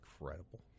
incredible